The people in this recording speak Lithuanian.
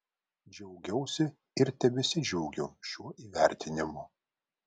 džiaugiausi ir tebesidžiaugiu šiuo įvertinimu